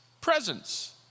presence